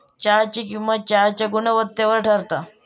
चहाची किंमत चहाच्या गुणवत्तेवर ठरता